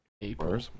April